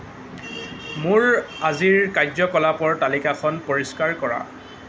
মোৰ আজিৰ কাৰ্য্যকলাপৰ তালিকাখন পৰিষ্কাৰ কৰা